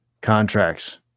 contracts